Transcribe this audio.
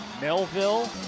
Melville